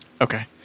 Okay